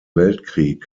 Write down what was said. weltkrieg